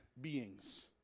beings